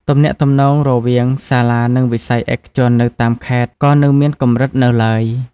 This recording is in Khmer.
ទំនាក់ទំនងរវាងសាលានិងវិស័យឯកជននៅតាមខេត្តក៏នៅមានកម្រិតនៅឡើយ។